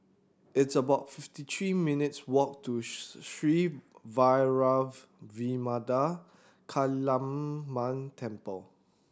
it's about fifty three minutes walk to Sri Vairavimada Kaliamman Temple